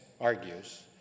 argues